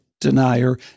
denier